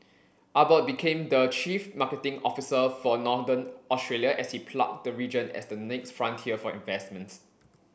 Abbott became the chief marketing officer for Northern Australia as he plugged the region as the next frontier for investments